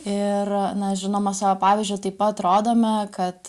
ir na žinoma savo pavyzdžiu taip pat rodome kad